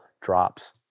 drops